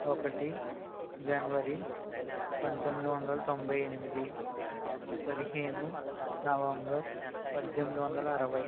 ఒకటి జనవరి పంతొమ్మిది వందల తొంభై ఎనిమిది పదిహేను నవంబర్ పద్దెనిమిది వందల అరవై